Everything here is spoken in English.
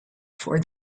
for